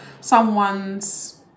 someone's